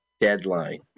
Deadline